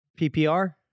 PPR